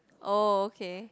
oh okay